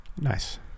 Nice